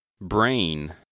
Brain